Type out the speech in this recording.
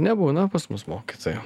nebūna pas mus mokytoja